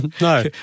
no